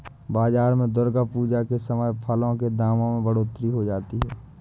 बाजार में दुर्गा पूजा के समय फलों के दामों में बढ़ोतरी हो जाती है